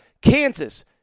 Kansas